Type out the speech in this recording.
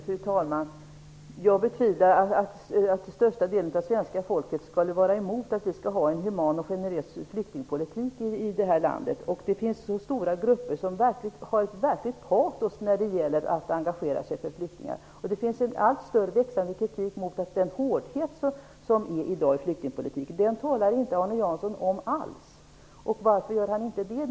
Fru talman! Jag betvivlar att största delen av svenska folket är emot att vi skall ha en human och generös flyktingpolitik i det här landet. Det finns stora grupper som har ett verkligt patos när det gäller att engagera sig för flyktingar. Det finns en allt större växande kritik mot den hårdhet som finns i flyktingpolitiken i dag. Den talar inte Arne Jansson om alls. Varför gör han inte det?